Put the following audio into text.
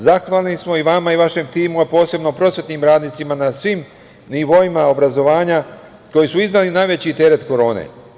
Zahvalni smo vama i vašem timu, a posebno prosvetnim radnicima na svim nivoima obrazovanja koji su izneli najveći teret korone.